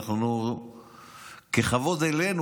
ככבוד אלינו,